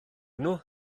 nhw